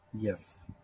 Yes